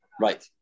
Right